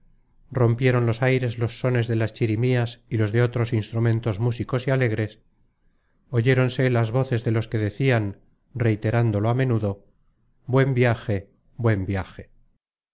rompieron los aires los sones de las chirimías y los de otros instrumentos músicos y alegres oyéronse las voces de los que decian reiterándolo a menudo buen viaje buen viaje